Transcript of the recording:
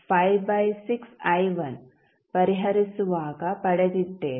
ಆದ್ದರಿಂದ ನಾವು ಇದನ್ನು ಪರಿಹರಿಸುವಾಗ ಪಡೆದಿದ್ದೇವೆ